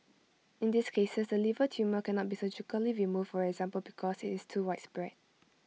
in these cases the liver tumour cannot be surgically removed for example because IT is too widespread